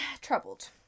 troubled